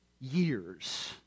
years